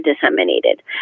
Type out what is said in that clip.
disseminated